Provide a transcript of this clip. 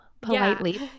politely